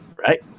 right